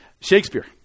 Shakespeare